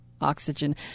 oxygen